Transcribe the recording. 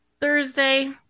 Thursday